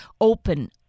open